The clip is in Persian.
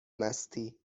مستی